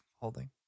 holding